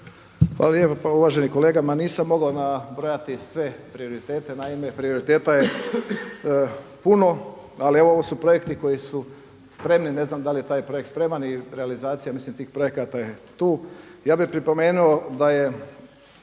Hvala lijepa. Pa uvaženi kolega ma nisam mogao nabrojati sve prioritete, naime prioriteta je puno, ali evo ovo su projekti koji su spremni, ne znam da li je taj projekt spreman i realizacija mislim tih projekata je tu. Ja bih pripomenuo da je